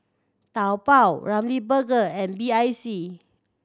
Taobao Ramly Burger and B I C